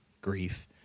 grief